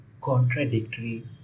contradictory